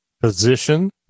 position